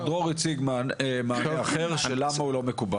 דרור הציג מענה אחר של למה הוא לא מקובל.